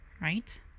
right